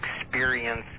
experience